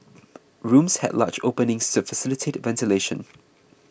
rooms had large openings sir facilitate ventilation